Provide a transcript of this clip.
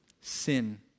sin